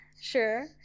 Sure